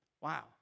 Wow